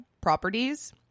properties